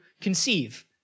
conceive